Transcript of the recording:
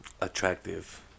attractive